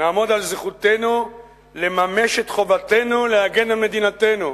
נעמוד על זכותנו לממש את חובתנו להגן על מדינתנו.